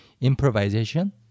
improvisation